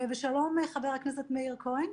ושלום, חבר הכנסת מאיר כהן.